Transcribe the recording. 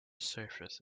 surface